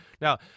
Now